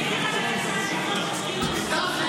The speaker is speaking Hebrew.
טוב, בסדר.